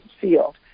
field